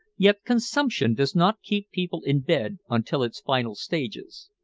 yet consumption does not keep people in bed until its final stages.